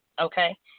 Okay